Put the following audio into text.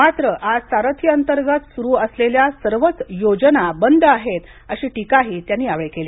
मात्र आज सारथीअंतर्गत सुरू असलेल्या सर्वच योजना बंद आहेत अशी टीका त्यांनी केली